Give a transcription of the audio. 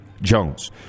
Jones